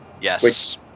Yes